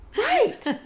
Right